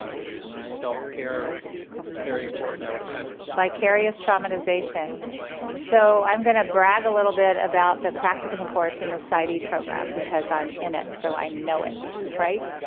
ah is is self-care very important, i would imagine. vicarious traumatization so i'm gonna brag a little bit about what the practicum course in the site program. because i'm in it, so i know it, right.